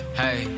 hey